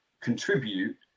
contribute